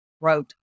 wrote